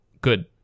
good